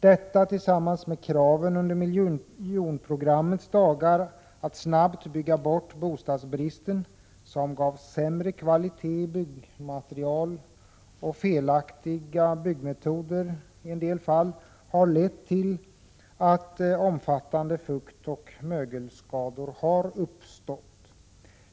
Detta krav tillsammans med kraven under miljonprogrammets dagar att snabbt bygga bort bostadsbristen, vilka gav upphov till sämre kvalitet i byggmaterial och i en del fall felaktiga byggmetoder, har lett till att omfattande fuktoch mögelskador har uppstått.